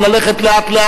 שהוא לא